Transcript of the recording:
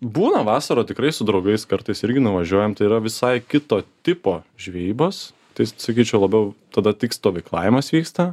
būna vasarą tikrai su draugais kartais irgi nuvažiuojam tai yra visai kito tipo žvejybos tai sakyčiau labiau tada tik stovyklavimas vyksta